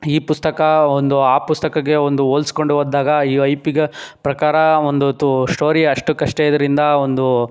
ಈ ಪುಸ್ತಕ ಒಂದು ಆ ಪುಸ್ತಕಕ್ಕೆ ಒಂದು ಹೋಲ್ಸ್ಕೊಂಡು ಓದಿದಾಗ ಈ ಐಪ್ಗ ಪ್ರಕಾರ ಒಂದು ಥೂ ಸ್ಟೋರಿ ಅಷ್ಟಕ್ಕಷ್ಟೆ ಇದರಿಂದ ಒಂದು